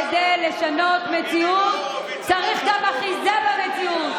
כדי לשנות מציאות צריך גם אחיזה במציאות,